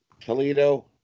Toledo